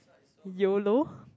Yolo